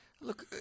Look